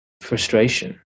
frustration